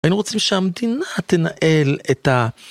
היינו רוצים שהמדינה תנהל את ה...